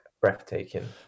breathtaking